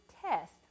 test